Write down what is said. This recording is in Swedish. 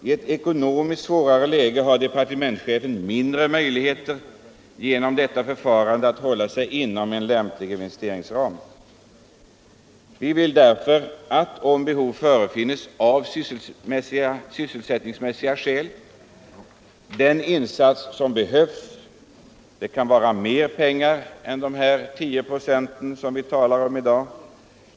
I ett ekonomiskt svårare läge har departementschefen genom detta förfarande mindre möjligheter att hålla sig inom en lämplig investeringsram. Vi vill därför att departementschefen eller riksdagsledamöter skall kunna begära tilläggsanslag, om det av sysselsättningsmässiga skäl synes nödvändigt.